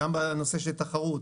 גם בנושא של תחרות,